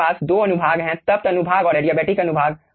हमारे पास दो अनुभाग है तप्त अनुभाग और ऐडियाबैटिक अनुभाग